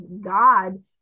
God